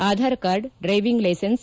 Aadhaar card driving licence